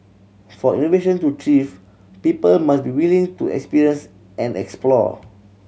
for innovation to thrive people must be willing to experience and explore